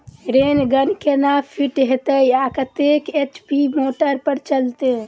Rain gun केना fit हेतइ आ कतेक एच.पी मोटर पर चलतै?